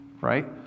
right